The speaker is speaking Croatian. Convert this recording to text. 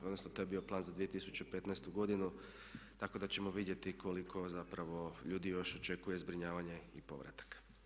Odnosno to je bio plan za 2015. godinu tako da ćemo vidjeti koliko zapravo ljudi još očekuje zbrinjavanje i povratak.